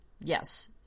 yes